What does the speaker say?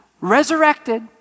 resurrected